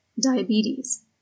diabetes